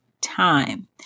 time